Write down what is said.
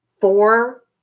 four